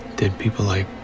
dead people, like,